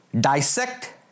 dissect